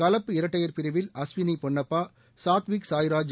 கலப்பு இரட்டையர் பிரிவில் அஸ்வின் பொன்னப்பா சாத்விக்சாய்ராஜ்